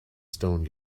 stone